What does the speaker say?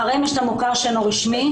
אחריהם יש את המוכר שאינו רשמי,